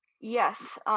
Yes